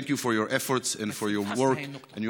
Thank you for your efforts and for your work and you